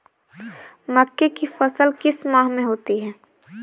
मक्के की फसल किस माह में होती है?